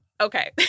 okay